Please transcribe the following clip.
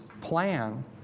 plan